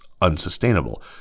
unsustainable